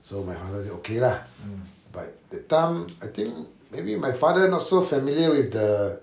so my father say okay lah but that time I think maybe my father not so familiar with the